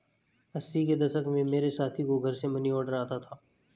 अस्सी के दशक में मेरे साथी को घर से मनीऑर्डर आता था